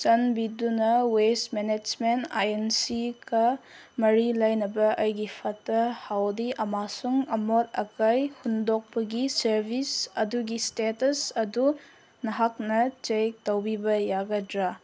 ꯆꯥꯟꯕꯤꯗꯨꯅ waste management ꯑꯥꯏ ꯑꯦꯟ ꯁꯤꯒ ꯃꯔꯤ ꯂꯩꯅꯕ ꯑꯩꯒꯤ ꯐꯠꯇ ꯍꯥꯎꯗꯤ ꯑꯃꯁꯨꯡ ꯑꯃꯣꯠ ꯑꯀꯥꯏ ꯍꯨꯟꯗꯣꯛꯄꯒꯤ ꯁꯥꯔꯕꯤꯁ ꯑꯗꯨꯒꯤ ꯏꯁꯇꯦꯇꯁ ꯑꯗꯨ ꯅꯍꯥꯛꯅ ꯆꯦꯛ ꯇꯧꯕꯤꯕ ꯌꯥꯒꯗ꯭ꯔꯥ